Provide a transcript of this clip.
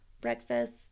breakfast